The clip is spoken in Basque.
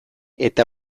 eta